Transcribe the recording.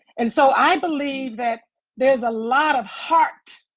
and so i believe that there's a lot of heart,